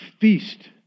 feast